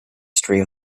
story